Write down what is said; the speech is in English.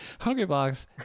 Hungrybox